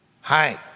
Hi